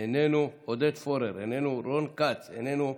איננו, עודד פורר, איננו, רון כץ, איננו,